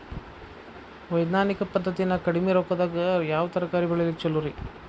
ವೈಜ್ಞಾನಿಕ ಪದ್ಧತಿನ್ಯಾಗ ಕಡಿಮಿ ರೊಕ್ಕದಾಗಾ ಯಾವ ತರಕಾರಿ ಬೆಳಿಲಿಕ್ಕ ಛಲೋರಿ?